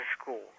school